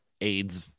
AIDS